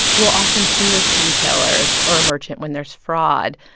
we'll often see with retailers or a merchant when there's fraud,